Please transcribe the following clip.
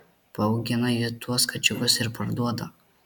paaugina ji tuos kačiukus ir parduoda